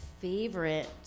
favorite